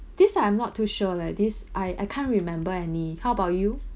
this I'm not too sure leh this I I can't remember any how about you